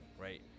right